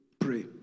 pray